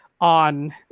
on